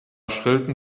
schrillten